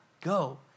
go